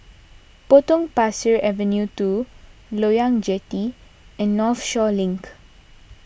Potong Pasir Avenue two Loyang Jetty and Northshore Link